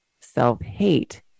Self-hate